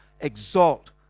exalt